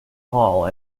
hall